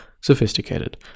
sophisticated